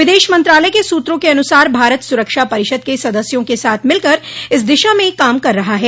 विदेश मंत्रालय के सूत्रों के अनुसार भारत सुरक्षा परिषद के सदस्यों के साथ मिलकर इस दिशा में काम कर रहा है